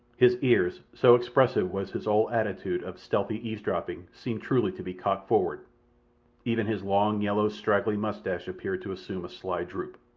his ears, so expressive was his whole attitude of stealthy eavesdropping, seemed truly to be cocked forward even his long, yellow, straggly moustache appeared to assume a sly droop.